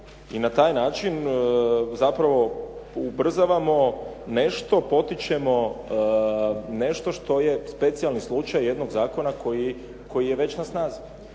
I na taj način zapravo ubrzavamo nešto, potičemo nešto što je specijalni slučaj jednog zakona koji je već na snazi.